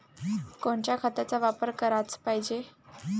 कोनच्या खताचा वापर कराच पायजे?